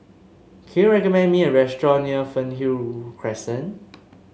can you recommend me a restaurant near Fernhill Crescent